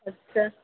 اچھا